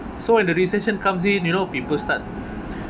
so when the recession comes in you know people start